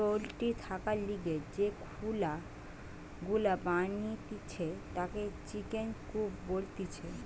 poultry থাকার লিগে যে খুলা গুলা বানাতিছে তাকে চিকেন কূপ বলতিছে